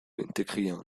integrieren